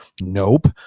Nope